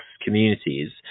communities